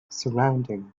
surrounding